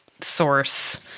source